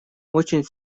очень